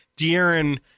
De'Aaron